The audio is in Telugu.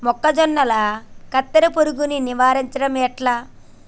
మొక్కజొన్నల కత్తెర పురుగుని నివారించడం ఎట్లా?